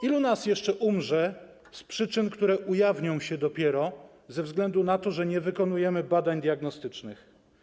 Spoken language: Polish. Ilu z nas jeszcze umrze z przyczyn, które ujawnią się dopiero ze względu na to, że nie wykonujemy badań diagnostycznych?